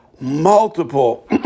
multiple